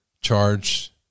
charge